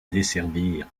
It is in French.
desservir